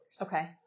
Okay